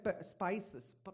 spices